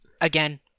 again